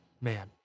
man